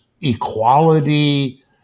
equality